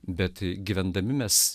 bet gyvendami mes